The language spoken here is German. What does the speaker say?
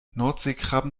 nordseekrabben